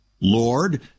Lord